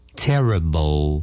terrible